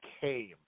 came